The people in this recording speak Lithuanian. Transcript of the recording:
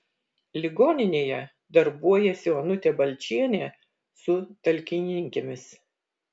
ligoninėje darbuojasi onutė balčienė su talkininkėmis